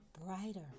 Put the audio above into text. brighter